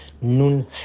Nun